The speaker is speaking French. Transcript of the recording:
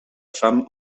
femme